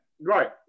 Right